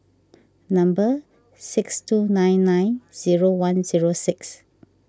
number six two nine nine zero one zero six